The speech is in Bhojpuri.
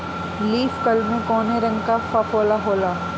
लीफ कल में कौने रंग का फफोला होला?